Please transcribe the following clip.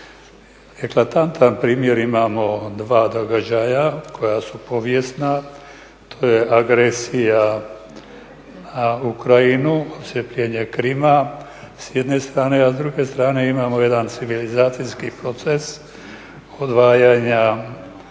Eklatantan primjer imamo dva događaja koja su povijesna, to je agresija u Ukrajinu, odcjepljenje Krima s jedne strane, a s druge strane imamo jedan civilizacijski proces odvajanja